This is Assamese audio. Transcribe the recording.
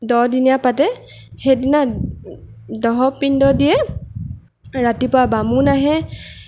দহদিনীয়া পাতে সেইদিনা দহ পিণ্ড দিয়ে ৰাতিপুৱা বামুণ আহে